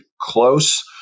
close